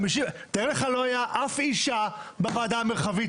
תאר לך לא הייתה אף אישה בוועדה המרחבית,